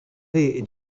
est